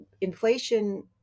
inflation